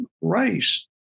race